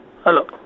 hello